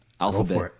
alphabet